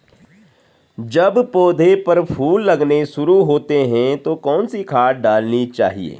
जब पौधें पर फूल लगने शुरू होते हैं तो कौन सी खाद डालनी चाहिए?